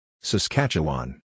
Saskatchewan